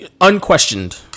unquestioned